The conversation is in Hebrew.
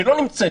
שלא נמצאת,